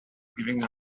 giving